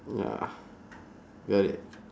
ya got it